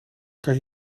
kan